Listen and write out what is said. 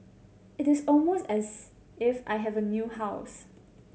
it is almost as if I have a new house